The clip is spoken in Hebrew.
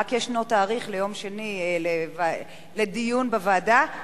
רק ישנו תאריך לדיון בוועדה ביום שני.